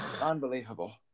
Unbelievable